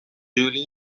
جولی